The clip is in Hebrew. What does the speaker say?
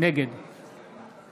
נגד